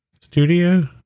studio